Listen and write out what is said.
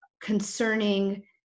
concerning